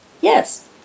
Yes